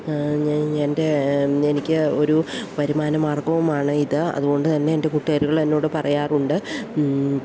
എൻ്റെ എനിക്ക് ഒരു വരുമാനമാർഗ്ഗവുമാണ് ഇത് അതുകൊണ്ടുതന്നെ എൻ്റെ കുട്ടികാരികൾ എന്നോട് പറയാറുണ്ട്